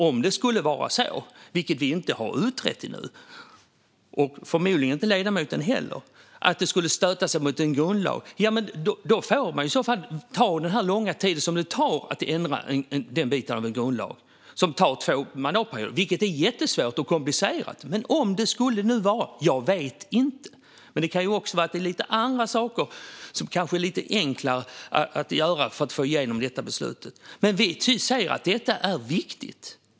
Om det skulle vara så att det stöter sig mot en grundlag - vilket vi inte har utrett, och förmodligen inte ledamoten heller - får man ta den långa tid som det tar att ändra den biten av en grundlag. Det tar två mandatperioder och är jättesvårt och komplicerat. Men jag vet inte om det är så. Det kan ju också vara så att det finns andra och enklare saker som man kan göra för att få igenom detta beslut. Det vi säger är att detta är viktigt.